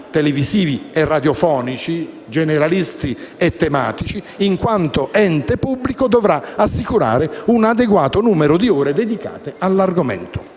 televisivi e radiofonici, generalisti e tematici, in quanto ente pubblico, dovrà assicurare un adeguato numero di ore dedicate all'argomento.